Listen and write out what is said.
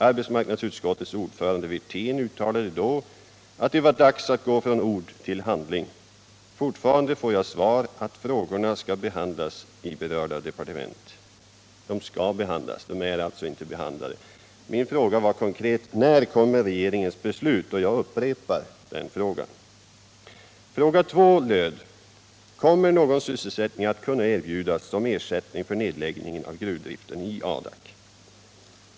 Arbetsmarknadsutskottets ordförande herr Wirtén sade då att det var dags att gå från ord till handling. Fortfarande får jag svaret att frågorna skall behandlas i berörda departement — de är alltså inte behandlade. Min fråga var konkret: När kommer regeringens beslut? Jag upprepar frågan. Fråga 2 löd: Kommer någon sysselsättning att kunna erbjudas som ersättning för nedläggningen av gruvdriften i Adak?